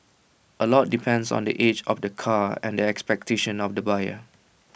A lot depends on the age of the car and the expectations of the buyer